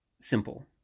simple